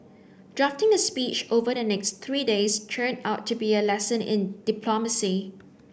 drafting the speech over the next three days turned out to be a lesson in diplomacy